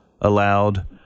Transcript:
allowed